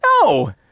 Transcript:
no